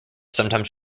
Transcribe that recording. sometimes